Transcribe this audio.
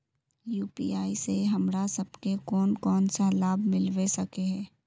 UPI से हमरा सब के कोन कोन सा लाभ मिलबे सके है?